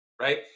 Right